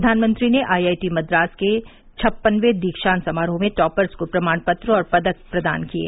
प्रधानमंत्री ने आईआईटी मद्रास के छप्पनवे दीक्षान्त समारोह में टॉपर्स को प्रमाणपत्र और पदक प्रदान किये